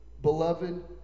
Beloved